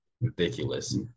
ridiculous